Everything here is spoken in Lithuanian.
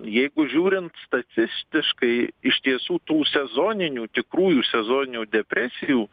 jeigu žiūrint statistiškai iš tiesų tų sezoninių tikrųjų sezoninių depresijų